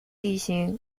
地形